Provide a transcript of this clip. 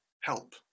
help